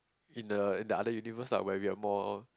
in the in the other universe ah where we're more